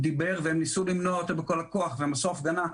דיבר והם ניסו למנוע ממנו בכל הכוח ועשו הפגנה,